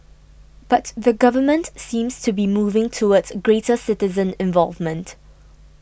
but the government seems to be moving towards greater citizen involvement